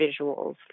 visuals